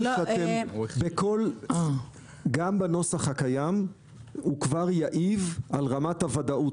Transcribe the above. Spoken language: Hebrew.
שגם הנוסח הקיים כבר יעיב על רמת הוודאות.